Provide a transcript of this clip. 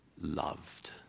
loved